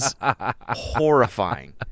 horrifying